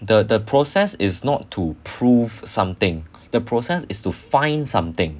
the the the process is not to prove something the process is to find something